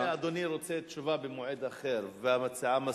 אם אדוני רוצה תשובה במועד אחר, והמציעה מסכימה,